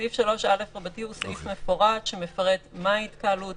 סעיף 3א הוא סעיף רבתי שמפרט מהי התקהלות,